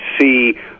see